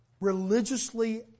religiously